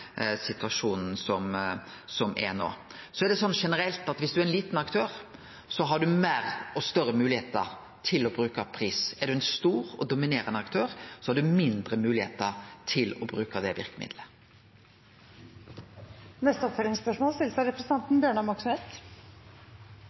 situasjonen som er no. Generelt er det slik at viss ein er ein liten aktør, har ein fleire og større moglegheiter til å bruke pris. Er ein ein stor og dominerande aktør, har ein færre moglegheiter til å bruke det